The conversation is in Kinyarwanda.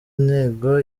ntego